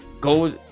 Go